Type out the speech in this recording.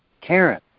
Karen